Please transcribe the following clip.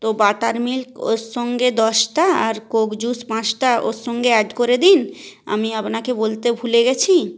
তো buttermilk ওর সঙ্গে দশটা আর কোক জুস পাঁচটা ওর সঙ্গে অ্যাড করে দিন আমি আপনাকে বলতে ভুলে গেছি